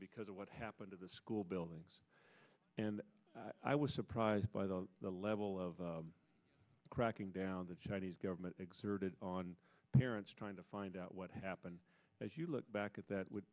because of what happened to the school buildings and i was surprised by the level of cracking down the chinese government exerted on parents trying to find out what happened as you look back at that would